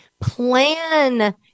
Plan